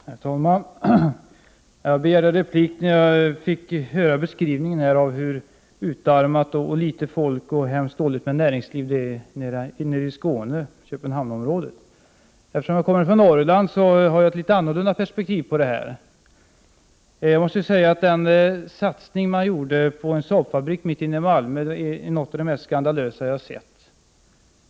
Herr talman! Jag begärde replik när jag fick höra beskrivningen av hur utarmat och folktomt Skåne är och hur dåligt det är med näringsliv i Skåne - Köpenhamnsområdet. Eftersom jag kommer från Norrland har jag ett annat perspektiv på detta. Jag måste säga att den satsning man gjorde på en Saabfabrik mitt inne i Malmö är något av det mest skandalösa jag har sett.